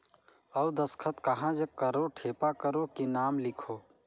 अउ दस्खत कहा जग करो ठेपा करो कि नाम लिखो?